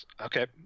Okay